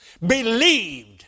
believed